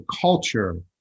culture